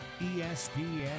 ESPN